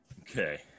Okay